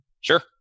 Sure